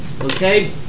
Okay